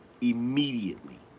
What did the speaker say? Immediately